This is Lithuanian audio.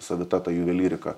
savita ta juvelyrika